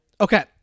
Okay